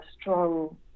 strong